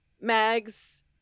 Mags